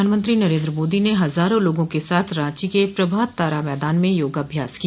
प्रधानमंत्री नरेंद्र मोदी ने हजारों लोगों के साथ रांची के प्रभात तारा मैदान में योगाभ्यास किया